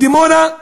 בדימונה,